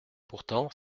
pourtant